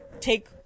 take